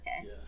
Okay